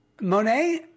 Monet